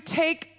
take